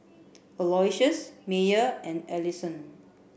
Aloysius Meyer and Allyson